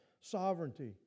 sovereignty